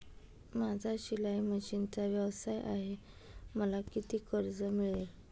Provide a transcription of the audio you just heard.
माझा शिलाई मशिनचा व्यवसाय आहे मला किती कर्ज मिळेल?